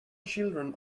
children